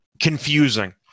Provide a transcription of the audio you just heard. confusing